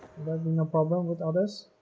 no problem with others